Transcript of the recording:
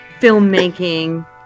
filmmaking